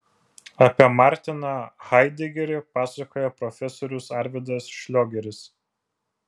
apie martiną haidegerį pasakoja profesorius arvydas šliogeris